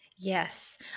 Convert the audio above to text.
Yes